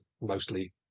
mostly